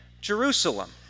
Jerusalem